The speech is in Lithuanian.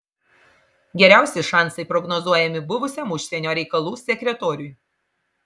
geriausi šansai prognozuojami buvusiam užsienio reikalų sekretoriui